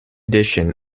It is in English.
edition